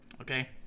Okay